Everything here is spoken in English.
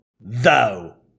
thou